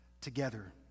together